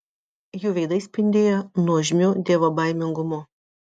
jų veidai spindėjo nuožmiu dievobaimingumu